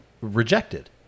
rejected